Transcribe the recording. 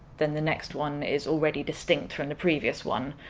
then the next one is already distinct from the previous one,